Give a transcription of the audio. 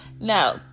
Now